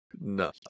No